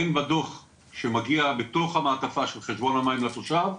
הן בדוח שמגיע בתוך המעטפה של חשבון המים לתושב,